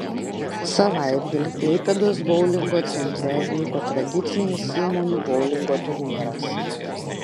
savaitgalį klaipėdos boulingo centre vyko tradicinis įmonių boulingo turnyras